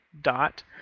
dot